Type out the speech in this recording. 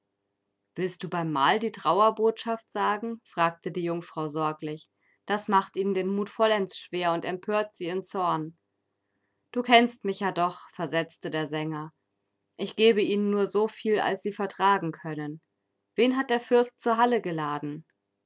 willst du beim mahl die trauerbotschaft sagen fragte die jungfrau sorglich das macht ihnen den mut vollends schwer und empört sie in zorn du kennst mich ja doch versetzte der sänger ich gebe ihnen nur so viel als sie vertragen können wen hat der fürst zur halle geladen